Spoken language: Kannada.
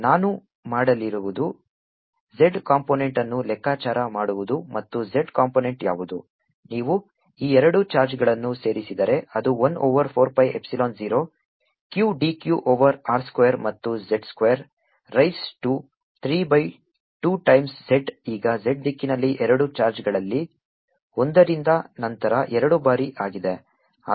dF14π0qdzr2z232zzrx ಆದ್ದರಿಂದ ನಾನು ಮಾಡಲಿರುವುದು z ಕಾಂಪೊನೆಂಟ್ ಅನ್ನು ಲೆಕ್ಕಾಚಾರ ಮಾಡುವುದು ಮತ್ತು z ಕಾಂಪೊನೆಂಟ್ ಯಾವುದು ನೀವು ಈ ಎರಡು ಚಾರ್ಜ್ಗಳನ್ನು ಸೇರಿಸಿದರೆ ಅದು 1 over 4 pi epsilon 0 qdq over r square ಮತ್ತು z square raise to 3 by 2 times z ಈಗ z ದಿಕ್ಕಿನಲ್ಲಿ ಎರಡು ಚಾರ್ಜ್ಗಳಲ್ಲಿ ಒಂದರಿಂದ ನಂತರ ಎರಡು ಬಾರಿ ಆಗಿದೆ